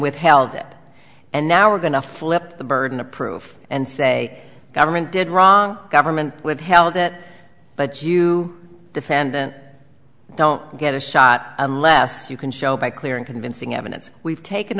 withheld it and now we're going to flip the burden of proof and say the government did wrong government with held that but you defendant don't get a shot unless you can show by clear and convincing evidence we've taken